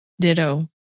Ditto